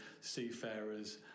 seafarers